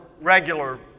regular